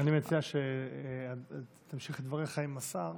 אני מציע שתמשיך את דבריך עם השר.